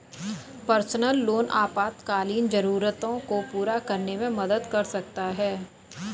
personal loan आपातकालीन जरूरतों को पूरा करने में मदद कर सकता है